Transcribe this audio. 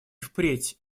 впредь